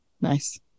Nice